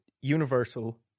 universal